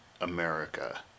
America